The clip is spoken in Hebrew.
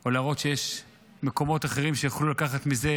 או להראות שיש מקומות אחרים שיוכלו לקחת מזה